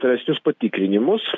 tolesnius patikrinimus